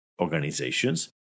organizations